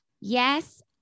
yes